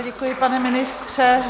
Děkuji, pane ministře.